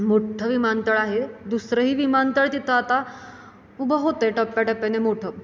मोठ्ठं विमानतळ आहे दुसरंही विमानतळ तिथं आता उभं होतंय टप्प्याटप्प्याने मोठं